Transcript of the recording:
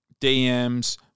DMs